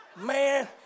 man